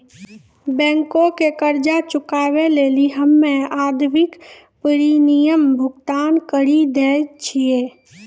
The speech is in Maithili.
बैंको के कर्जा चुकाबै लेली हम्मे आवधिक प्रीमियम भुगतान करि दै छिये